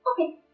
Okay